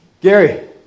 Gary